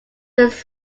was